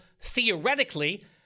theoretically